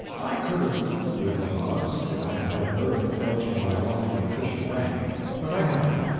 i could have eaten with the hogs if i had had birth approaching my lofty official rank but i hadn't,